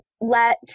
let